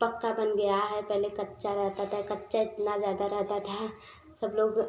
पक्का बन गया है पहले कच्चा रहता था कच्चा इतना ज़ादा रहता था सब लोग